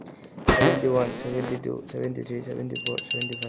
seventy one seventy two seventy three seventy four seventy five